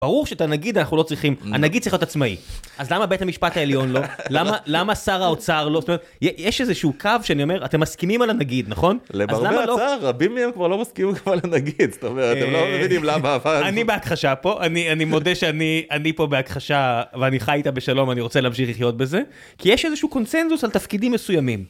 ברור שאת הנגיד, אנחנו לא צריכים, הנגיד צריך להיות עצמאי. אז למה בית המשפט העליון לא? למה שר האוצר לא? יש איזשהו קו שאני אומר, אתם מסכימים על הנגיד, נכון? למרבה הצער, רבים מהם כבר לא מסכימים על הנגיד. זאת אומרת, הם לא מבינים למה ההפעה הזאת. אני בהכחשה פה, אני מודה שאני פה בהכחשה, ואני חי איתה בשלום, אני רוצה להמשיך לחיות בזה. כי יש איזשהו קונצנזוס על תפקידים מסוימים.